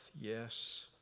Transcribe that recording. yes